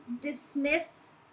dismiss